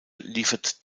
liefert